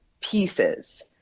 pieces